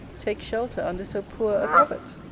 take shelter under so poor a covert?